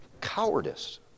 Cowardice